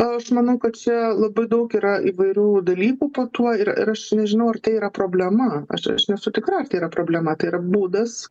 aš manau kad čia labai daug yra įvairių dalykų po tuo ir ir aš nežinau ar tai yra problema aš aš nesu tikra ar tai yra problema tai yra būdas